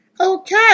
Okay